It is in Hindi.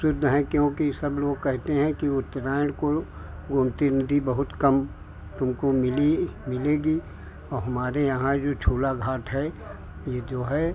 सिद्ध हैं क्योंकि सब लोग कहते हैं कि उत्तरायण को गोमती नदी बहुत कम तुमको मिली मिलेगी और हमारे यहाँ जो झूलाघाट है ये जो है